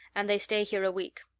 and they stay here a week.